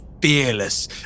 fearless